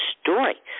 story